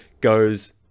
goes